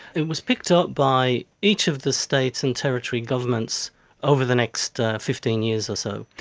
it was picked up by each of the states and territory governments over the next fifteen years or so.